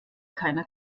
keiner